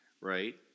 right